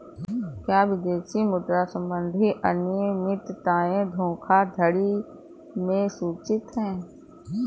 क्या विदेशी मुद्रा संबंधी अनियमितताएं धोखाधड़ी में सूचित हैं?